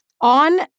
on